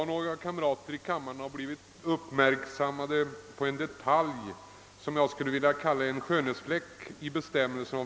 Herr talman!